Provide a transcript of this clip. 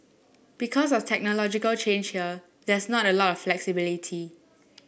because of technological change here there's not a lot of flexibility